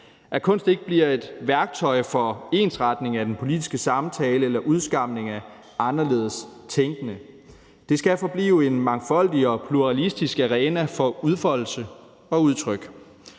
at kunst ikke bliver et værktøj for ensretning af den politiske samtale eller udskamning af anderledes tænkende. Det skal forblive en mangfoldig og pluralistisk arena for udfoldelse og udtryk.